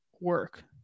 work